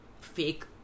fake